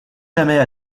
jamais